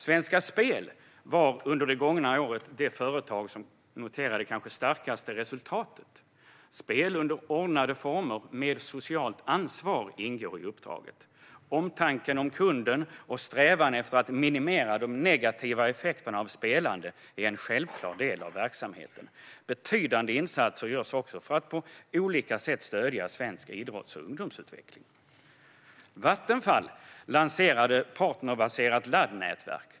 Svenska Spel var under det gångna året det företag som noterade det starkaste resultatet. Spel under ordnade former med socialt ansvar ingår i uppdraget. Omtanken om kunden och strävan efter att minimera de negativa effekterna av spelande är en självklar del av verksamheten. Betydande insatser görs också för att på olika sätt stödja svensk idrotts och ungdomsutveckling. Vattenfall lanserade partnerbaserat laddnätverk.